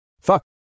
Fuck